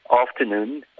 afternoon